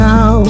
Now